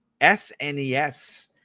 SNES